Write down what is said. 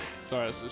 Sorry